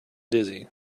dizzy